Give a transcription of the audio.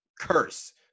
curse